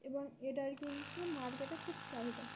এবং এটার কিন্তু মার্কেটে খুব চাহিদা